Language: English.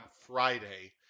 Friday